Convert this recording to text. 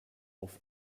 auf